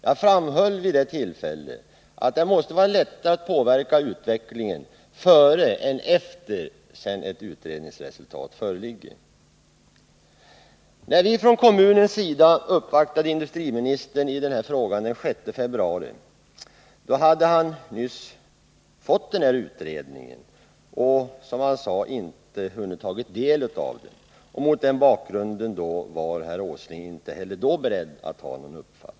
Jag framhöll vid det tillfället också att det måste vara lättare att påverka utvecklingen före än efter det att ett utredningsresultat föreligger. När vi från kommunens sida den 6 februari uppvaktade industriministern i den här frågan hade utredningen just överlämnats till honom. Han hade således inte hunnit, som han sade, ta del av den. Mot den bakgrunden var herr Åsling inte heller då beredd att ge uttryck för någon viss uppfattning.